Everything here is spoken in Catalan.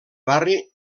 barri